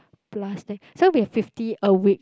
plus th~ so we have fifty a week